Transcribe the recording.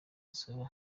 nsaba